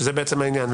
שזה בעצם העניין,